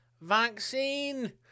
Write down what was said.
Vaccine